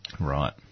Right